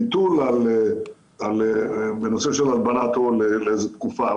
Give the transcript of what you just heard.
ביטול בנושא של הלבנת הון לאיזו תקופה,